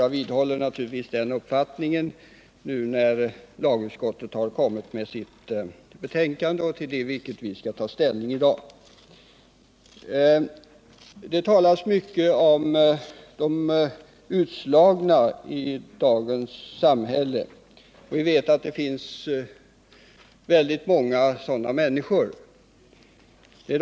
Jag vidhåller naturligtvis den uppfattningen nu när lagutskottet har kommit med sitt betänkande, vilket vi skall ta ställning till i dag. Det talas mycket om de utslagna i dagens samhälle, och vi vet att det finns många sådana människor.